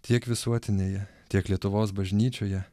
tiek visuotinėje tiek lietuvos bažnyčioje